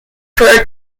fur